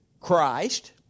Christ